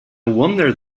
wonder